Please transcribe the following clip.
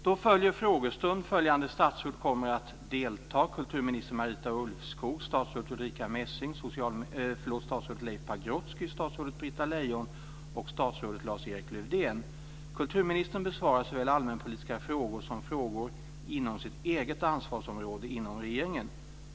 Då följer frågestund. Följande statsråd kommer att delta: kulturminister Marita Ulvskog, statsrådet Ulrica Messing, statsrådet Leif Pagrotsky, statsrådet Britta Lejon och statsrådet Lars-Erik Lövdén. Kulturministern besvarar såväl allmänpolitiska frågor som frågor inom sitt eget ansvarsområde inom regeringen.